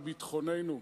על ביטחוננו,